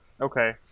Okay